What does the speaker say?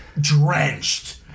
drenched